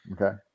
Okay